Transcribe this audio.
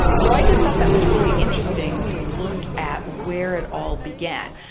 so i just thought that was really interesting to look at where it all began.